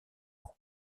ans